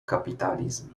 kapitalizm